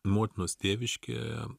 motinos tėviškė